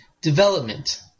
development